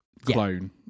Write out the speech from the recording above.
clone